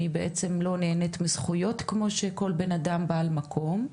היא בעצם לא נהנית מזכויות כמו שכל אדם בן המקום.